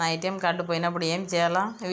నా ATM card పోయినప్పుడు ఏమి చేయాలి?